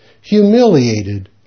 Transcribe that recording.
humiliated